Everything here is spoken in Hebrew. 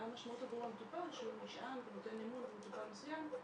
מה המשמעות עבור המטופל שהוא נשען ונותן אמון במטופל מסוים,